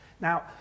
Now